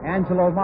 Angelo